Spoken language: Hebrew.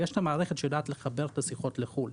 ויש את המערכת שיודעת לחבר את השיחות לחוץ לארץ.